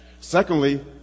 Secondly